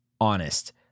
honest